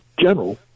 general